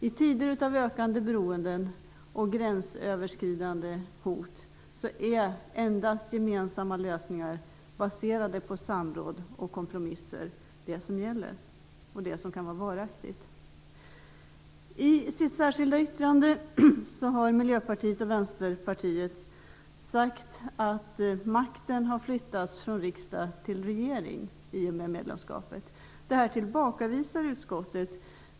I tider av ökande beroenden och gränsöverskridande hot är endast gemensamma lösningar baserade på samråd och kompromisser det som gäller och det som kan vara varaktigt. I sitt särskilda yttrande har Miljöpartiet och Vänsterpartiet sagt att makten har flyttats från riksdag till regering i och med medlemskapet. Detta tillbakavisar utskottet.